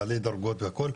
בעלי דרגות והכל,